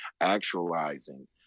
actualizing